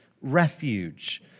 refuge